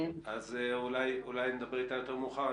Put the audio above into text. אולי נדבר איתה יותר מאוחר.